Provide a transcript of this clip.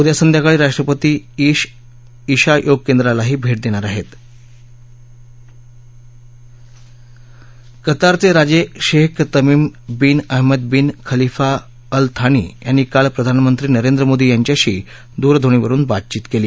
आज संध्याकाळी राष्ट्रपती ईश योगकेंद्रालाही भटीदणीर आहस्त कतार चरिजशिखे Tamim bin Ahmad bin Khalifa Al Thani यांनी काल प्रधानमंत्री नरेंद्र मोदी यांच्याशी दूरध्वनीवरुन बातचीत कली